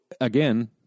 again